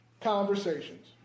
conversations